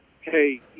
hey